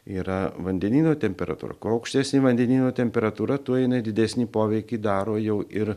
yra vandenyno temperatūra kuo aukštesnė vandenyno temperatūra tuo jinai didesnį poveikį daro jau ir